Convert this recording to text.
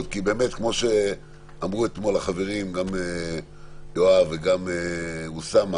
כמו שאמרו אתמול החברים, גם יואב וגם אוסאמה,